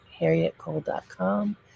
HarrietCole.com